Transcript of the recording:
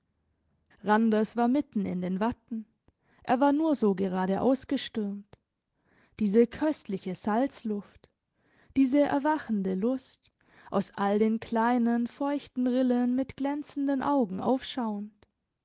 randers war mitten in den watten er war nur so geradeausgestürmt diese köstliche salzluft diese erwachende lust aus all den kleinen feuchten rillen mit glänzenden augen aufschauend